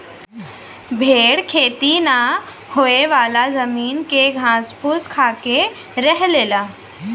भेड़ खेती ना होयेवाला जमीन के घास फूस खाके रह लेला